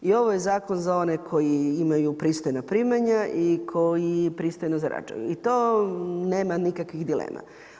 I ovo je zakon za one koji imaju pristojna primanja i koji pristojno zarađuju i to nema nikakvih dilema.